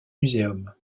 museum